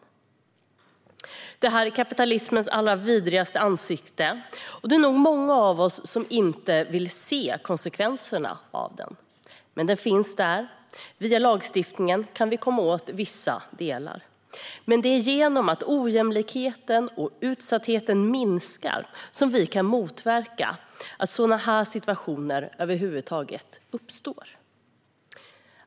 Detta är kapitalismens allra vidrigaste ansikte, och det är nog många av oss som inte vill se konsekvenserna av den. Men den finns där, och via lagstiftningen kan vi komma åt vissa delar. Men det är genom att ojämlikheten och utsattheten minskar som vi kan motverka att sådana här situationer över huvud taget uppstår.